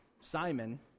Simon